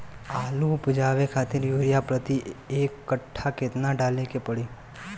आलू उपजावे खातिर यूरिया प्रति एक कट्ठा केतना डाले के पड़ी?